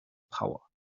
powers